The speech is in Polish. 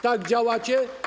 Tak działacie?